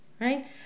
right